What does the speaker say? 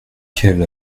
quel